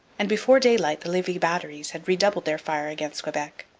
and before daylight the levis batteries had redoubled their fire against quebec.